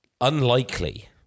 unlikely